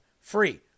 free